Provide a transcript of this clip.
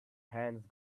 hands